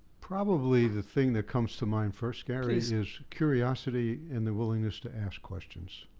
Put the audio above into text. probably the thing that comes to mind first, gary, is is curiosity and the willingness to ask questions.